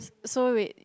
so we